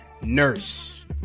Nurse